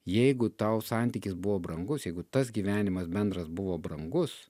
jeigu tau santykis buvo brangus jeigu tas gyvenimas bendras buvo brangus